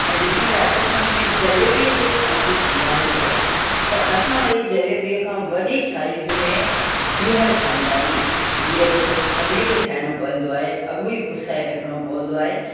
ऐं जीअं राजस्थान में जलेबीअ जो आम वाहेपो आहे त असां वरी जलेबीअ खां वॾी साइज़ में गिहरु खाईंदा आहियूं गिहर जो खमीड़ो ठाहिणो पौंदो आहे अॻु ई पुसाए रखिणो पवंदो आहे